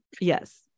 yes